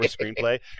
screenplay